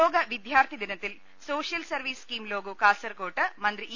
ലോക വിദ്യാർത്ഥി ദിനത്തിൽ സോഷ്യൽ സർവീസ് സ്കീം ലോഗോ കാസർകോട്ട് മന്ത്രി ഇ